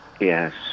Yes